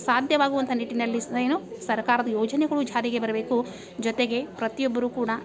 ಸಾಧ್ಯವಾಗುವಂಥ ನಿಟ್ಟಿನಲ್ಲಿ ಸಹ ಏನು ಸರಕಾರದ ಯೋಜನೆಗಳು ಜಾರಿಗೆ ಬರಬೇಕು ಜೊತೆಗೆ ಪ್ರತಿಯೊಬ್ರೂ ಕೂಡ